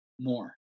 more